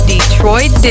Detroit